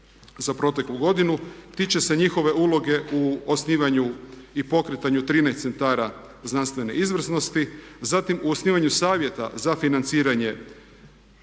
za proteklu godinu tiče se njihove uloge u osnivanju i pokretanju 13 centara znanstvene izvrsnosti, zatim u osnivanju savjeta za financiranje